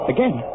Again